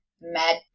mad